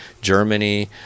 germany